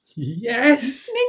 yes